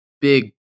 big